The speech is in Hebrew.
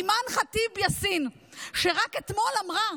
אימאן ח'טיב יאסין, שרק אתמול אמרה,